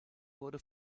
wurde